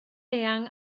eang